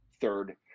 third